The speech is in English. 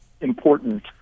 important